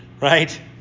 Right